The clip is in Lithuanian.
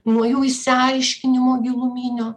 nuo jų išsiaiškinimo giluminio